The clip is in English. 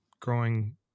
growing